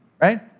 right